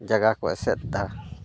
ᱡᱟᱭᱜᱟ ᱠᱚ ᱮᱥᱮᱫ ᱫᱟ